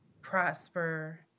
prosper